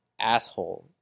asshole